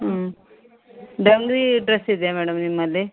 ಹ್ಞೂ dungaree dress ಇದೆಯಾ madam ನಿಮ್ಮಲ್ಲಿ